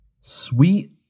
sweet